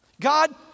God